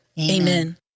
Amen